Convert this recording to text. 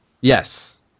Yes